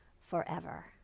forever